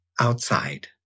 outside